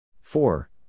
Four